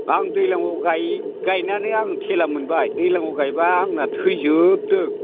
आं दैज्लाङाव गायनानै आं थेला मोनबाय दैज्लाङाव गायबा आंना थैजोबदों